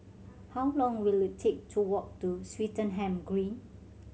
how long will it take to walk to Swettenham Green